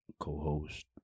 co-host